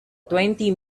twenty